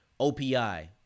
OPI